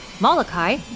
Molokai